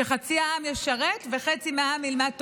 שחצי העם ישרת וחצי העם ילמד תורה,